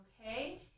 okay